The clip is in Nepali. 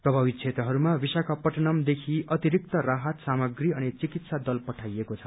प्रभावित क्षेत्रहरूमा विशाखापटनमदेखि अतिरिक्त राहत सामग्री अनि चिकित्सा दल पठाइएको छ